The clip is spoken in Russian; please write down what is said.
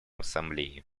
ассамблеи